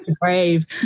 brave